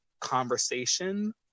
conversation